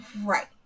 Right